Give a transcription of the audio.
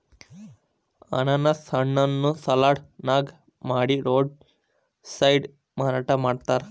ಅನಾನಸ್ ಹಣ್ಣನ್ನ ಸಲಾಡ್ ನಂಗ ಮಾಡಿ ರೋಡ್ ಸೈಡ್ ಮಾರಾಟ ಮಾಡ್ತಾರ